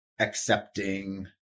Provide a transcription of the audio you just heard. accepting